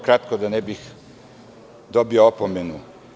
Kratko, da ne bih dobio opomenu.